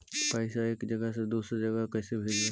पैसा एक जगह से दुसरे जगह कैसे भेजवय?